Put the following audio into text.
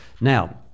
Now